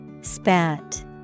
spat